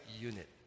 unit